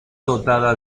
dotada